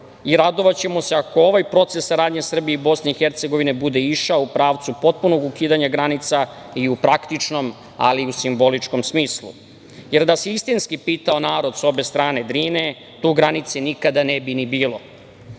i radovaćemo se ako ovaj proces saradnje, Srbije i BiH, bude išao u pravcu potpunog ukidanja granica i u praktičnom, ali i u simboličkom smislu, jer da se istinski pitao narod, sa obe strane Drine, tu granice nikada ne bi ni bilo.